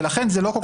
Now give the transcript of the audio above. ולכן זה לא כל כך